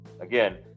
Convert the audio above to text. Again